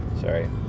Sorry